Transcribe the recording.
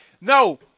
No